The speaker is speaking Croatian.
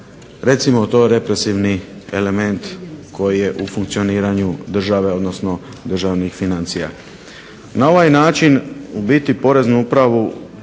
recimo to represivni element koji je u funkcioniranju države odnosno državnih financija. Na ovaj način u biti Poreznu upravu